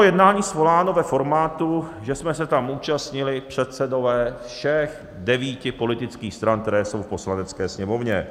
Jednání bylo svoláno ve formátu, že jsme se tam účastnili předsedové všech devíti politických stran, které jsou v Poslanecké sněmovně.